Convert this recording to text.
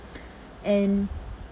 and